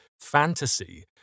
fantasy